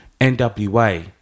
NWA